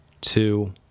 two